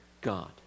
God